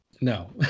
No